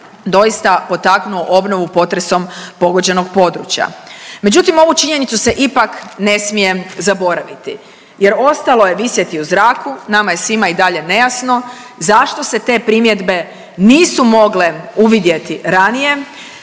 doista potaknuo obnovu potresom pogođenog područja. Međutim, ovu činjenicu se ipak ne smije zaboraviti jer ostalo je visjeti u zraku, nama je svima i dalje nejasno zašto se te primjedbe nisu mogle uvidjeti ranije,